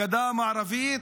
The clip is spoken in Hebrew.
הגדה המערבית,